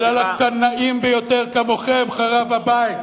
בגלל הקנאים ביותר, כמוכם, חרב הבית.